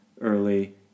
early